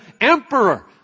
emperor